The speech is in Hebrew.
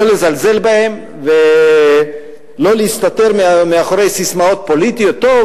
לא לזלזל בהם ולא להסתתר מאחורי ססמאות פוליטיות של: טוב,